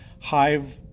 hive